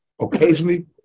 occasionally